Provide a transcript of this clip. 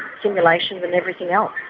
simulations and everything else.